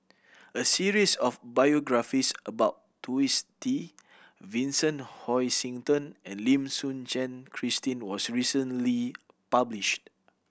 a series of biographies about Twisstii Vincent Hoisington and Lim Suchen Christine was recently published